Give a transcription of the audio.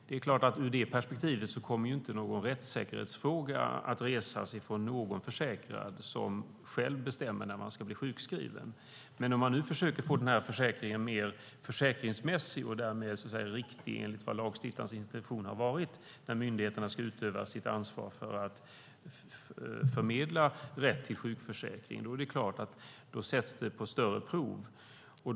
Det är klart att ur det perspektivet kommer inte någon rättssäkerhetsfråga att resas från någon försäkrad, som själv bestämmer när man ska bli sjukskriven. Men om man nu försöker få den här försäkringen mer försäkringsmässig och därmed, så att säga riktig, enligt vad lagstiftarens intention har varit, där myndigheterna ska utöva sitt ansvar för att förmedla rätt till sjukförsäkring, är det klart att det sätts på större prov.